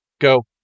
go